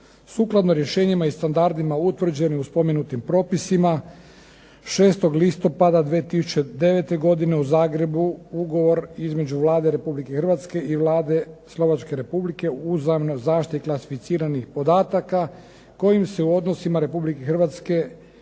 Sukladno rješenjima i standardima utvrđenim u spomenutim propisima 6. listopada 2009. godine u Zagrebu Ugovor između Vlade Republike Hrvatske i Vlade Slovačke Republike o uzajamnoj zaštiti klasificiranih podataka kojim se u odnosima između Republike Hrvatske